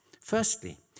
Firstly